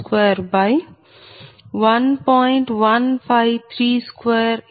217421